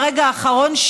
ברגע האחרון,